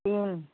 तीन